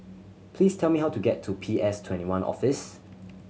please tell me how to get to P S Twenty one Office